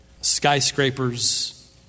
skyscrapers